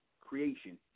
creation